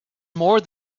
more